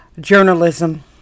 journalism